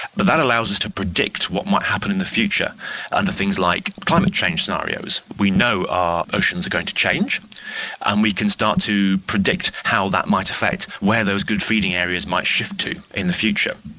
but that allows us to predict what might happen in the future under things like climate change scenarios. we know our oceans are going to change and we can start to predict how that might affect where those good feeding areas might shift to in the future,